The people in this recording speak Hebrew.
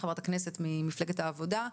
חברת הכנסת ממפלגת העבודה,